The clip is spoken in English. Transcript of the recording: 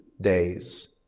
days